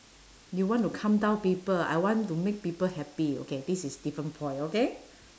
you want to calm down people I want to make people happy okay this is different point okay